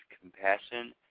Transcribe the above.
compassion